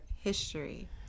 history